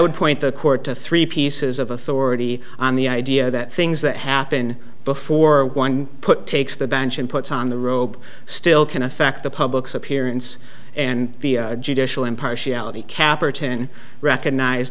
would point the court to three pieces of authority on the idea that things that happen before one put takes the bench and puts on the robe still can affect the public's appearance and judicial impartiality cap or ten recognize